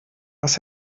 was